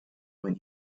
when